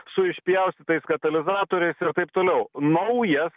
su išpjaustytais katalizatoriais ir taip toliau naujas